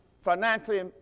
financially